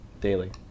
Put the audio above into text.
Daily